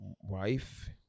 wife